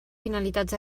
finalitats